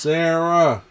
Sarah